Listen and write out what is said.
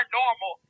normal